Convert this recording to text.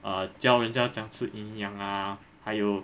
ah 教人家怎样吃营养啊还有